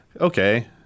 okay